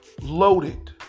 loaded